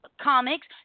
Comics